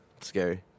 Scary